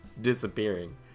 disappearing